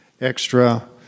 extra